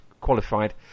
qualified